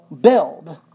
build